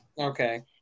Okay